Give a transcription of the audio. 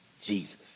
Jesus